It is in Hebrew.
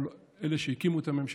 אלה שהקימו את הממשלה.